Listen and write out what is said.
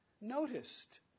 noticed